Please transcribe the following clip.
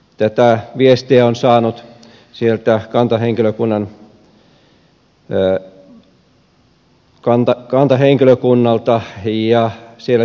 tätä viestiä on saanut kantahenkilökunnalta ja siellä työskenteleviltä